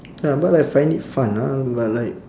ya but I find it fun ah but like